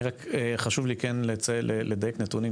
לי רק כן חשוב לדייק נתונים,